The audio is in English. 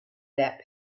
that